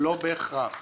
לא בהכרח.